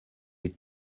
est